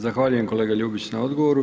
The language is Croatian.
Zahvaljujem kolega Ljubić na odgovoru.